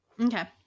okay